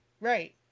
Right